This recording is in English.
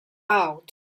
out